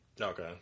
Okay